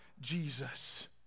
Jesus